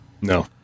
no